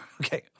Okay